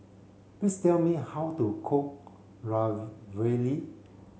please tell me how to cook Ravioli